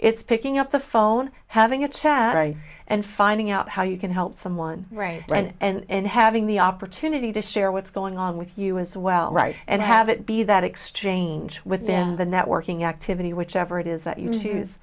it's picking up the phone having a chat eye and finding out how you can help someone and having the opportunity to share what's going on with you as well right and have it be that exchange within the networking activity whichever it is that you choose